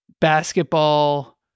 basketball